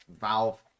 Valve